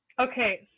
Okay